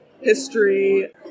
history